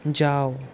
যাও